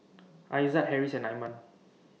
Aizat Harris and Iman